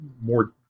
more